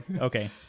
Okay